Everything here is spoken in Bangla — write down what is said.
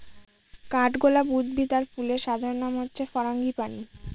কাঠগলাপ উদ্ভিদ আর ফুলের সাধারণ নাম হচ্ছে ফারাঙ্গিপানি